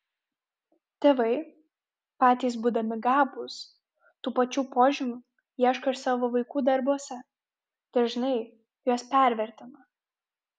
tėvai patys būdami gabūs tų pačių požymių ieško ir savo vaikų darbuose dažnai juos pervertina